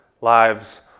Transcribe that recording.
lives